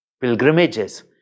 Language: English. pilgrimages